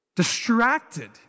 distracted